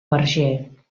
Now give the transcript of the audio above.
verger